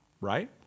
right